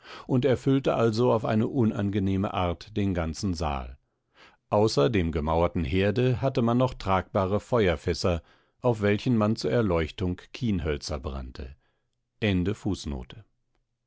und erfüllte also auf eine unangenehme art den ganzen saal außer dem gemauerten herde hatte man noch tragbare feuerfässer auf welchen man zur erleuchtung kienhölzer brannte